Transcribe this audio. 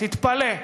תתפלא.